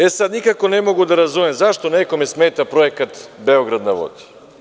E, sad, nikako ne mogu da razumem zašto nekome smeta Projekat „Beograd na vodi“